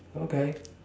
okay